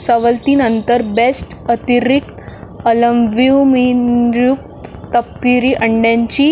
सवलतीनंतर बेस्ट अतिरिक्त अलंब्यूमिन्युक्त तपकिरी अंड्यांची